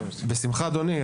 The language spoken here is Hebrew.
בשמחה, אדוני.